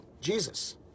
Jesus